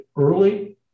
early